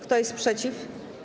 Kto jest przeciw?